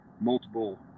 multiple –